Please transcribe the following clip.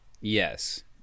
yes